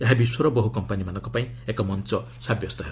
ଏହା ବିଶ୍ୱର ବହ୍ କମ୍ପାନୀମାନଙ୍କ ପାଇଁ ଏକ ମଞ୍ଚ ସାବ୍ୟସ୍ତ ହେବ